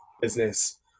business